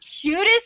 cutest